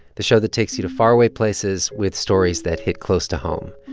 the show that takes you to faraway places with stories that hit close to home.